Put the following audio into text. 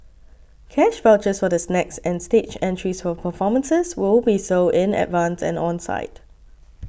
cash vouchers for the snacks and stage entries for performances will be sold in advance and on site